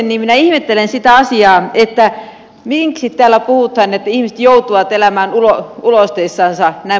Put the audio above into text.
minä ihmettelen sitä asiaa että miksi täällä puhutaan että ihmiset joutuvat elämään ulosteissansa jnp